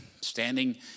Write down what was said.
standing